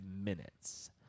minutes